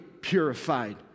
purified